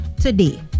today